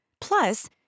Plus